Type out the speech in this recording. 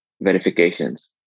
verifications